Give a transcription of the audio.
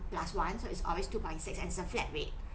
plus one so it's always two point six and it's a flat rate